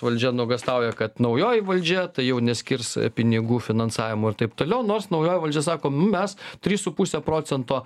valdžia nuogąstauja kad naujoji valdžia tai jau neskirs pinigų finansavimo ir taip toliau nors naujoji valdžia sako m mes trys su puse procento